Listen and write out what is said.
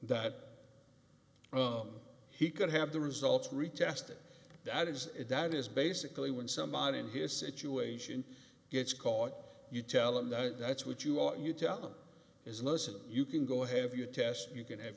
that he could have the results retested that is if that is basically when somebody in his situation gets caught you tell him that that's what you are you tell them is listen you can go have your test you can have